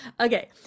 Okay